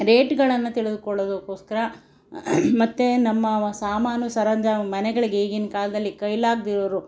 ರೇಟ್ಗಳನ್ನು ತಿಳಿದುಕೊಳ್ಳುವುದಕ್ಕೋಸ್ಕರ ಮತ್ತೆ ನಮ್ಮ ಸಾಮಾನು ಸರಂಜಾಮು ಮನೆಗಳಿಗೆ ಈಗಿನ ಕಾಲದಲ್ಲಿ ಕೈಲಾಗದಿರೋರು